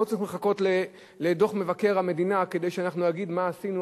אנחנו לא צריכים לחכות לדוח מבקר המדינה כדי שנגיד מה עשינו,